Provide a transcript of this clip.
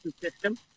system